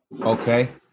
Okay